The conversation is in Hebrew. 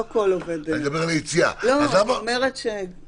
אני אומרת שאפשר לקחת את ההגדרה.